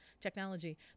technology